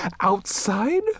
Outside